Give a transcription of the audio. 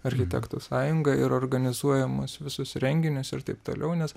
architektų sąjungą ir organizuojamus visus renginius ir taip toliau nes